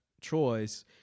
choice